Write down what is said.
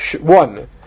one